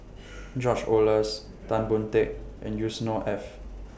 George Oehlers Tan Boon Teik and Yusnor Ef